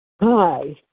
Hi